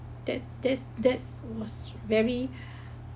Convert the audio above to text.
that's that's that's was very